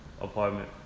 Apartment